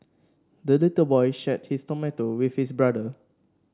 the little boy shared his tomato with his brother